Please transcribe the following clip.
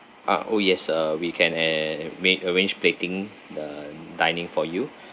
ah oh yes uh we can a~ made arrange plating the dining for you